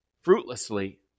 fruitlessly